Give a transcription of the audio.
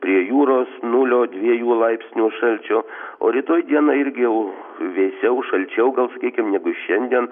prie jūros nulio dviejų laipsnių šalčio o rytoj dieną irgi jau vėsiau saldžiau gal sakykim negu šiandien